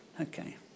Okay